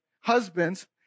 husbands